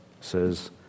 says